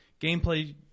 gameplay –